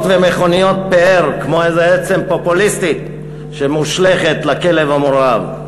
ומכוניות פאר כמו איזה עצם פופוליסטית שמושלכת לכלב המורעב.